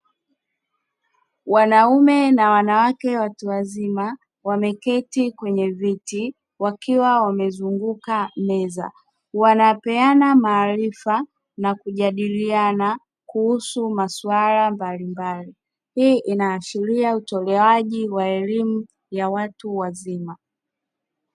Wanaume na wanawake watu wazima wameketi kwenye viti wakiwa wamezunguka meza. Wanapeana maarifa na kujadiliana kuhusu masuala mbalimbali. Hii inaashiria utolewaji wa elimu ya watu wazima.